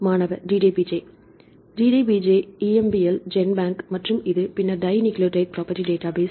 மாணவர் DDBJ DDBJ EMBL GenBank மற்றும் இது பின்னர் டைநியூக்ளியோடைட் ப்ரொபேர்ட்டி டேட்டாபேஸ்